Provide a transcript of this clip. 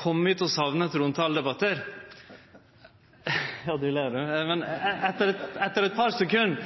Kjem vi til å sakne trontaledebattar? Etter eit par sekund var vi einige om ja – ikkje alle enkeltinnlegga, men